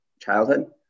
childhood